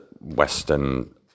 western